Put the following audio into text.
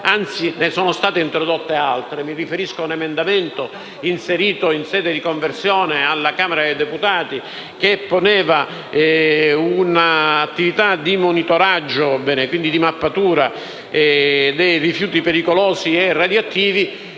altre ne sono state introdotte. Mi riferisco a un emendamento, inserito in sede di conversione alla Camera dei deputati, che pone un'attività di monitoraggio e di mappatura dei rifiuti pericolosi e radioattivi